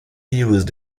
used